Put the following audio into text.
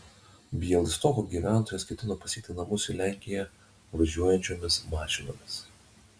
bialystoko gyventojas ketino pasiekti namus į lenkiją važiuojančiomis mašinomis